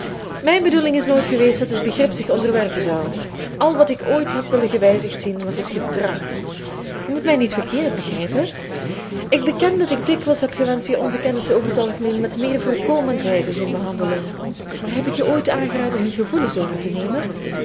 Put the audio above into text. mijn bedoeling is nooit geweest dat het begrip zich onderwerpen zou al wat ik ooit heb willen gewijzigd zien was het gedrag je moet mij niet verkeerd begrijpen ik beken dat ik dikwijls heb gewenscht je onze kennissen over t algemeen met meer voorkomendheid te zien behandelen maar heb ik je ooit aangeraden hun gevoelens over te nemen